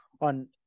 on